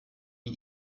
die